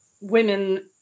women